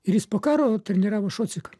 ir jis po karo treniravo šociką